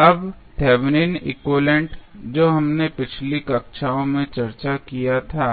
अब Thevenin equivalent Thevenins equivalent जो हमने पिछली कक्षाओं में चर्चा किया था